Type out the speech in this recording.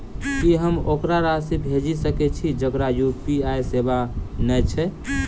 की हम ओकरा राशि भेजि सकै छी जकरा यु.पी.आई सेवा नै छै?